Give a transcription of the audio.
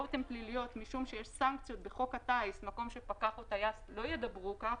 אם טייס או פקח לא ידברו כך,